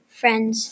friends